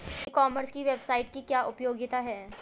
ई commerce की website की क्या उपयोगिता है?